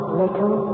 little